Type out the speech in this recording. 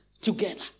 together